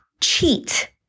cheat